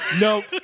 Nope